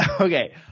Okay